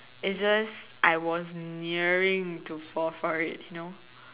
it's just I was nearing to fall for it you know